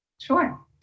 Sure